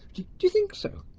you you think so?